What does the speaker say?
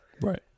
Right